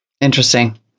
interesting